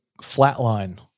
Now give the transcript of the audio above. flatline